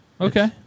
Okay